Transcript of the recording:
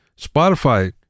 Spotify